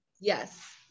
Yes